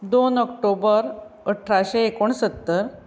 दोन ऑक्टोबर अठराशे एकोणसत्तर